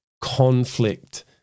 conflict